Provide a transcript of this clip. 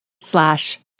slash